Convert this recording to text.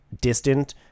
distant